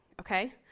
okay